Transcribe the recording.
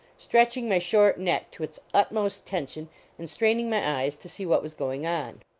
stretching my short neck to its utmost tension and straining my eyes to see what was going on.